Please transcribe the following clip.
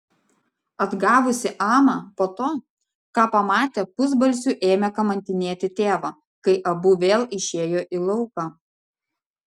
atgavusi amą po to ką pamatė pusbalsiu ėmė kamantinėti tėvą kai abu vėl išėjo į lauką